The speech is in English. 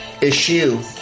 issue